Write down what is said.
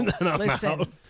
listen